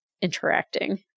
interacting